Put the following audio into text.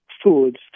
Foods